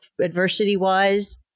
adversity-wise